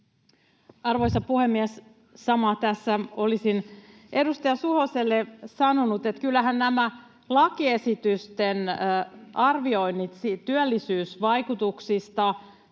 Arvoisa puhemies! Samaa tässä olisin edustaja Suhoselle sanonut, että kyllähän nämä lakiesitysten arvioinnit työllisyysvaikutuksista